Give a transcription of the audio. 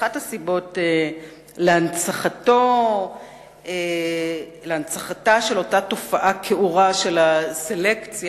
אחת הסיבות להנצחתה של אותה תופעה כעורה של הסלקציה,